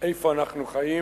איפה אנחנו חיים